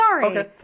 sorry